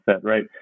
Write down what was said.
right